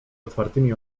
otwartymi